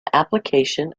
application